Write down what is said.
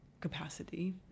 capacity